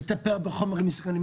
לטפל בחומרים מסוכנים.